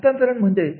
हस्तांतरण म्हणजे